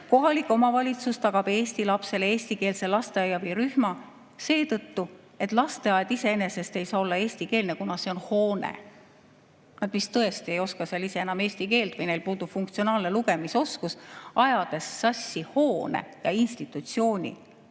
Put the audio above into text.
"kohalik omavalitsus tagab Eesti lapsele eestikeelse lasteaia või rühma" seetõttu, et lasteaed iseenesest ei saa olla eestikeelne, kuna see on hoone. Nad vist tõesti ei oska ise enam eesti keelt või neil puudub funktsionaalse lugemise oskus, kui nad ajavad sassi hoone ja institutsiooni.